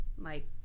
like-